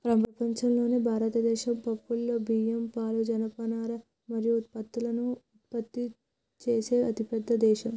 ప్రపంచంలోనే భారతదేశం పప్పులు, బియ్యం, పాలు, జనపనార మరియు పత్తులను ఉత్పత్తి చేసే అతిపెద్ద దేశం